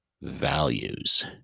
values